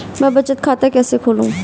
मैं बचत खाता कैसे खोलूं?